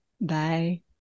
Bye